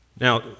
Now